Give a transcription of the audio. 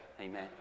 Amen